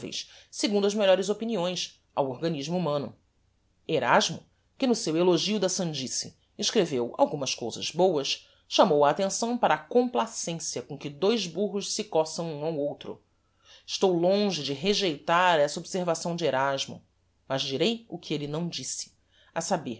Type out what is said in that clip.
agradaveis segundo as melhores opiniões ao organismo humano erasmo que no seu elogio da sandice escreveu algumas cousas boas chamou a attenção para a complacencia com que dois burros se coçam um ao outro estou longe de rejeitar essa observação de erasmo mas direi o que elle não disse a saber